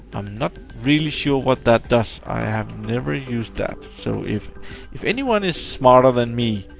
i'm not really sure what that does. i have never used that, so if if anyone is smarter than me,